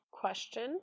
question